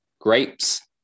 grapes